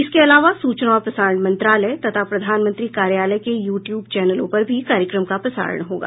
इसके अलावा सूचना और प्रसारण मंत्रालय तथा प्रधानमंत्री कार्यालय के यूट्यूब चैनलों पर भी कार्यक्रम का प्रसारण होगा